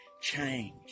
change